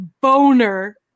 boner